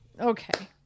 Okay